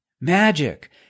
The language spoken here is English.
Magic